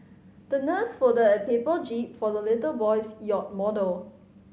the nurse folded a paper jib for the little boy's yacht model